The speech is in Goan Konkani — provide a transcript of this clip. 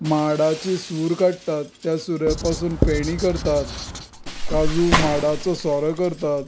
माडाची सूर काडटात त्या सुरे पसून फेणी करतात काजू माडाचो सोरो करतात